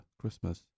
christmas